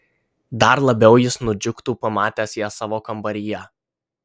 dar labiau jis nudžiugtų pamatęs ją savo kambaryje